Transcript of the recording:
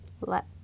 let